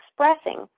expressing